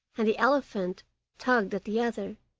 and the elephant tugged at the other,